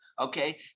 Okay